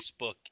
Facebook